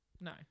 No